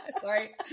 Sorry